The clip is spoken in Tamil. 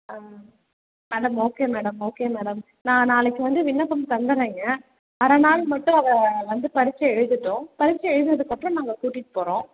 அம் madam okay madam okay madam நான் நாளைக்கு வந்து விண்ணப்பம் தந்துடுறேங்க அரை நாள் மட்டும் அவள் வந்து பரிட்சை எழுதட்டும் பரிட்சை எழுதுனதுக்கப்புறோம் நாங்கள் கூட்டிகிட்டு போகறோம்